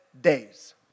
days